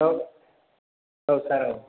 औ औ सार औ